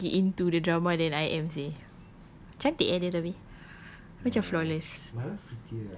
dude you lagi into the drama than I am seh cantik eh dia tapi macam flawless